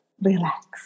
relax